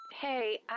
Hey